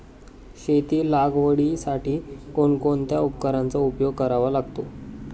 शेती लागवडीसाठी कोणकोणत्या उपकरणांचा उपयोग करावा लागतो?